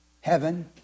heaven